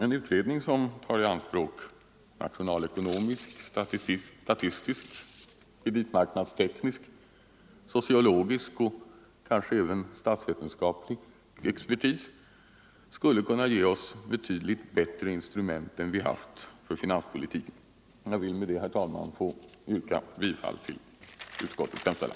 En utredning som tar i anspråk nationalekonomisk, statistisk, kreditmarknadsteknisk, sociologisk och kanske även statsvetenskaplig expertis skulle kunna ge oss betydligt bättre instrument för finanspolitiken. Jag vill med detta, herr talman, yrka bifall till utskottets hemställan.